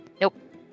Nope